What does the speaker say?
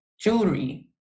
jewelry